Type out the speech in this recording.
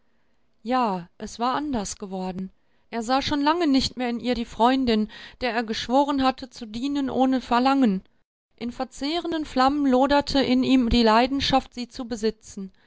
ja es war anders geworden er sah schon lange nicht mehr in ihr die freundin der er geschworen hatte zu dienen ohne verlangen in verzehrenden flammen loderte in ihm die leidenschaft sie zu besitzen